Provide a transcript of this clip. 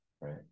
right